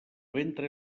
ventre